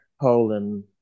Poland